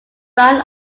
brown